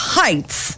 heights